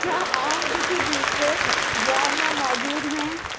کیا آم کسی دوسرے برانڈ میں موجود ہیں